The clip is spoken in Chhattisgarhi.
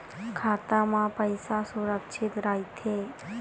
खाता मा पईसा सुरक्षित राइथे?